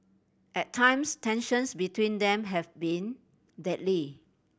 at times tensions between them have been deadly